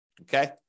Okay